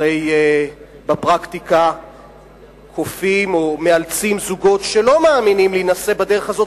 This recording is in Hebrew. הרי בפרקטיקה כופים או מאלצים זוגות שלא מאמינים להינשא בדרך הזאת,